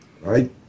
Right